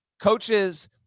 Coaches